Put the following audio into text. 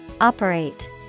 operate